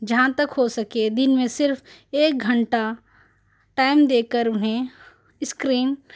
جہاں تک ہو سکے دن میں صرف ایک گھنٹہ ٹائم دے کر انہیں اسکرین